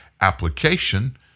application